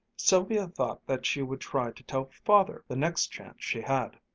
sylvia thought that she would try to tell father, the next chance she had.